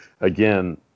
again